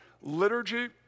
liturgy